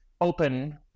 open